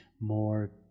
more